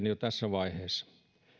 jo tässä vaiheessa